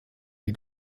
die